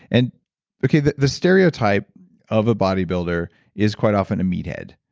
and okay, the the stereotype of a bodybuilder is quite often a meathead.